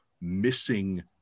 missing